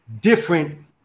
different